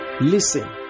listen